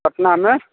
पटना में